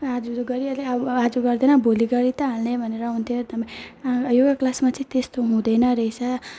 आज त गरिहालेँ अब आज गर्दैन भोलि गरी त हाल्ने भनेर हुन्थ्यो योगा क्लासमा चाहिँ त्यस्तो हुँदैन रहेछ